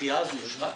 הדחייה הזו אושרה כבר?